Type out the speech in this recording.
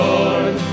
Lord